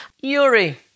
Yuri